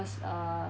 cause uh